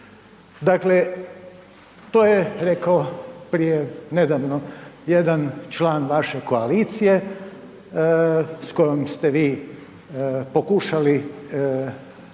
Dakle, to je rekao prije nedavno jedan član vaše koalicije s kojom ste vi pokušali